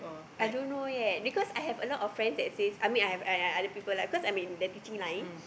I don't know yet because I have a lot of friends that says I mean I have I I I other people like cause I'm in the teaching line